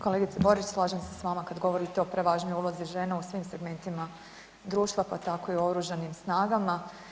Kolegice Borić slažem se s vama kada govorite o prevažnoj ulozi žena u svim segmentima društva pa tako i u oružanim snagama.